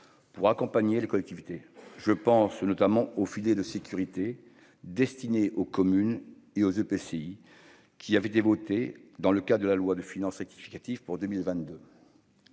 pour accompagner les collectivités, je pense notamment au filet de sécurité destiné aux communes et aux EPCI qui avait été voté dans le cas de la loi de finances rectificative pour 2022,